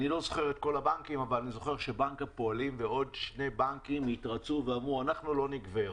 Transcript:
ואני זוכר שבנק הפועלים ועוד שני בנקים התרצו ואמרו שלא יגבו יותר,